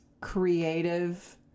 creative